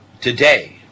today